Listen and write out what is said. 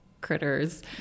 critters